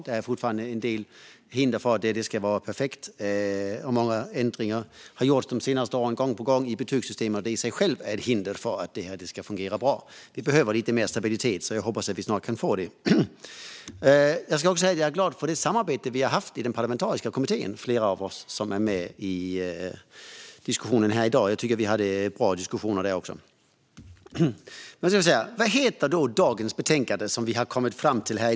Det finns fortfarande en del hinder för att få det perfekt. Det har också gång på gång gjorts många ändringar av betygssystemet de senaste åren. Det i sig är ett hinder för att det ska fungera bra. Det behövs lite mer stabilitet. Jag hoppas att vi snart kan få det. Jag är glad över det samarbete vi har haft i den parlamentariska kommittén. Flera av oss som är med i diskussionen här i dag är med i den. Vi hade bra diskussioner där också. Vad heter då detta betänkande som vi har kommit fram till?